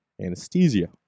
anesthesia